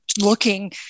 looking